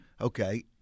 Okay